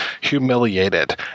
humiliated